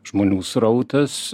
žmonių srautas